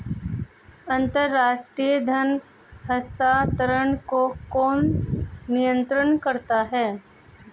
अंतर्राष्ट्रीय धन हस्तांतरण को कौन नियंत्रित करता है?